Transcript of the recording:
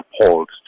appalled